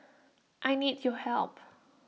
I need your help